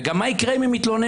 וגם מה יקרה אם הם יתלוננו.